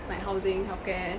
like housing healthcare